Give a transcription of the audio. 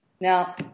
Now